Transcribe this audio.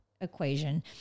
equation